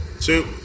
two